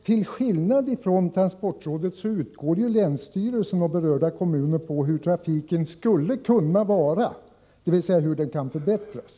Till skillnad från transportrådet utgår länsstyrelsen och berörda kommuner från hur trafiken skulle kunna vara, dvs. hur den kan förbättras.